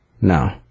No